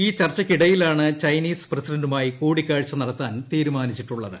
ഈ ചർച്ചയ്ക്കിടയിലാണ് ചൈനീസ് പ്രസിഡന്റുമായി കൂടിക്കാഴ്ച നടത്താൻ തീരുമാനിച്ചിട്ടുള്ളത്